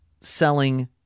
selling